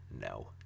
no